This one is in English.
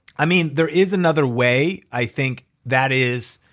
i mean, there is another way i think that is